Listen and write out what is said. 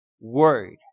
Word